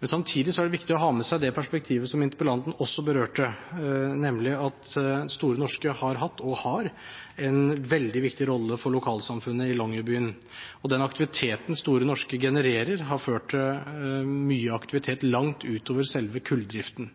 Men samtidig er det viktig å ha med seg det perspektivet som interpellanten også berørte, nemlig at Store Norske har hatt og har en veldig viktig rolle i lokalsamfunnet i Longyearbyen. Den aktiviteten Store Norske genererer, har ført til mye aktivitet langt utover selve kulldriften.